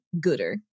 gooder